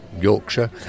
Yorkshire